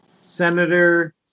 Senator